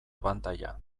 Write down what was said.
abantaila